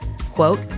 quote